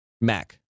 Mac